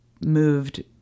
moved